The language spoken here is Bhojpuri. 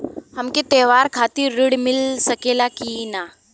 हमके त्योहार खातिर त्रण मिल सकला कि ना?